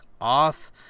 off